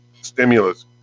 stimulus